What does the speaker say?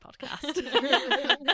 podcast